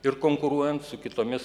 ir konkuruojant su kitomis